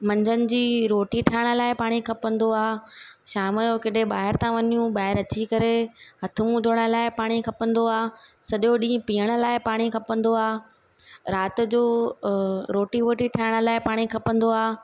मंझंदि जी रोटी ठाहिण लाइ पाणी खपंदो आहे शाम जो कॾहिं ॿाहिरि था वञूं ॿाहिरि अची करे हथु मुंहुं धोअण लाइ पाणी खपंदो आहे सॼो ॾींहुं पीअण लाइ पाणी खपंदो आहे राति जो रोटी वोटी ठाहिण लाइ पाणी खपंदो आहे